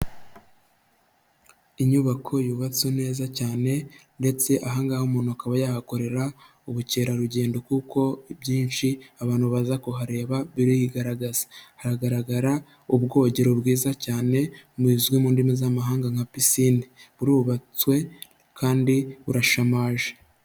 Inyubako yubatswe neza cyane ndetse ahangaha umuntu akaba yahakorera ubukerarugendo, kuko ibyinshi abantu baza kuhareba birigaragaza, hagaragara ubwogero bwiza cyane buzwi mu ndimi z'amahanga nka piscine, burubatswe kandi burashamaje.